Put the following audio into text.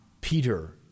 Peter